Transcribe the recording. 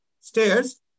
stairs